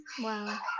Wow